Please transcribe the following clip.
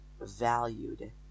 valued